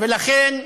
ולכן,